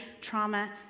trauma